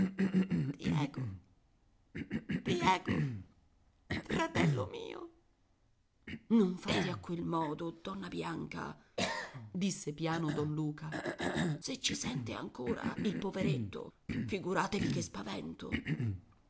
diego diego fratello mio non fate a quel modo donna bianca disse piano don luca se ci sente ancora il poveretto figuratevi che spavento